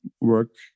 work